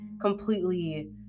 completely